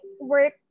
work